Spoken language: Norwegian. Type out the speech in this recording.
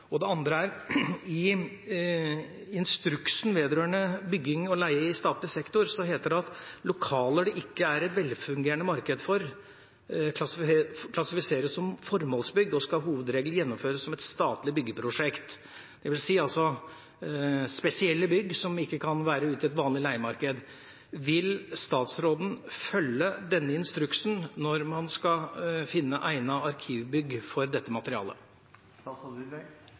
Det andre gjelder: I instruksen vedrørende bygging og leie i statlig sektor heter det at lokaler «det ikke er et velfungerende marked for klassifiseres som formålsbygg, og skal som hovedregel gjennomføres som et statlig byggeprosjekt», dvs. spesielle bygg som ikke kan være ute i et vanlig leiemarked. Vil statsråden følge denne instruksen når man skal finne egnede arkivbygg for dette materialet?